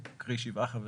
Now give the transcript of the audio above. כמו שזה מופיע בפסקה 5,